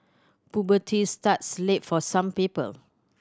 puberty starts late for some people